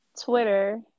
Twitter